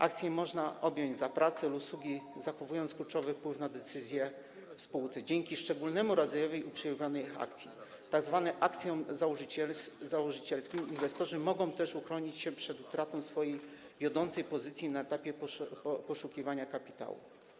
Akcje można objąć za pracę, usługi, zachowując kluczowy wpływ na decyzje w spółce, dzięki szczególnemu rodzajowi uprzywilejowania akcji, tzw. akcjom założycielskim, inwestorzy mogą też uchronić się przed utratą swojej wiodącej pozycji na etapie poszukiwania kapitału.